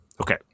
Okay